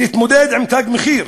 להתמודד עם "תג מחיר"?